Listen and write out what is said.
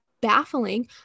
baffling